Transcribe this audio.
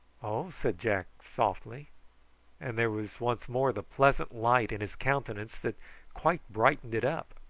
oh! said jack softly and there was once more the pleasant light in his countenance that quite brightened it up.